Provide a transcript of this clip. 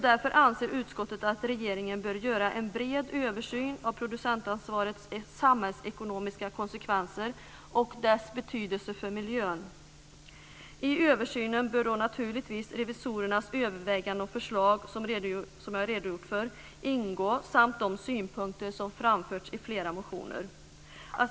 Därför anser utskottet att regeringen bör göra en bred översyn av producentansvarets samhällsekonomiska konsekvenser och dess betydelse för miljön. I översynen bör naturligtvis revisorernas överväganden och förslag, som jag har redogjort för, samt de synpunkter som framförts i flera motioner ingå.